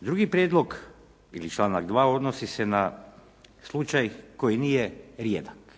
Drugi prijedlog ili članak 2. odnosi se na slučaj koji nije rijedak.